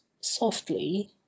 softly